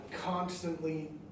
constantly